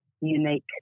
unique